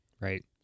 Right